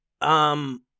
Um